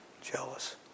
jealous